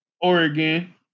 Oregon